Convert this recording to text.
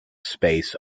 space